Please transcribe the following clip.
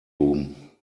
room